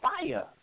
fire